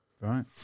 Right